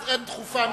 אז אין דחופה מזאת.